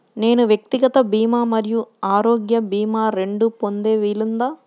నేను వ్యక్తిగత భీమా మరియు ఆరోగ్య భీమా రెండు పొందే వీలుందా?